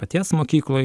paties mokykloj